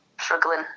struggling